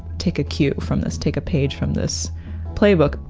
take a cue from this, take a page from this playbook.